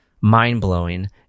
mind-blowing